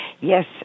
Yes